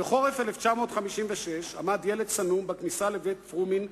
בחורף 1956 עמד ילד צנום בכניסה לבית-פרומין,